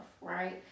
right